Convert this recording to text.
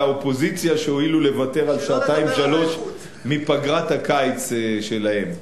האופוזיציה שהואילו לוותר על שעתיים-שלוש מפגרת הקיץ שלהם.